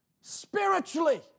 Spiritually